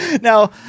Now